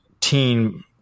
teen